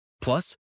Plus